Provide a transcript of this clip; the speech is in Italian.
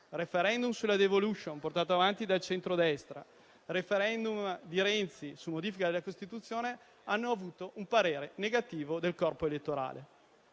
*referendum* sulla *devolution* portato avanti dal centrodestra e il *referendum* di Renzi sulla modifica della Costituzione, hanno avuto parere negativo dal corpo elettorale.